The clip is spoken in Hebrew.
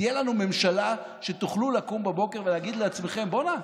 תהיה לנו ממשלה כזאת שתוכלו לקום בבוקר ולהגיד לעצמכם: בוא'נה,